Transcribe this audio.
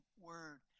word